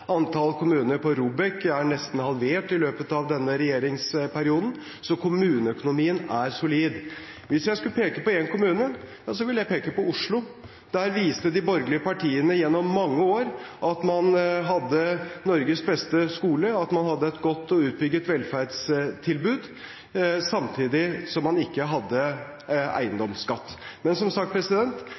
Antall kommuner på ROBEK er nesten halvert i løpet av denne regjeringsperioden, så kommuneøkonomien er solid. Hvis jeg skulle peke på én kommune, ville jeg peke på Oslo. Der viste de borgerlige partiene gjennom mange år at man hadde Norges beste skole, at man hadde et godt og utbygd velferdstilbud – samtidig som man ikke hadde eiendomsskatt. Men som sagt: